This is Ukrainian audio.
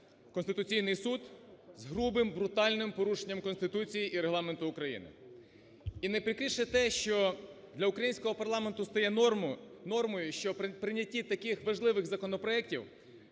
Конституційний Суд з грубим, брутальним порушенням Конституції і Регламенту України. І найприкріше те, що для українського парламенту стає нормою, що при прийнятті таких важливих законопроектів